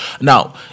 now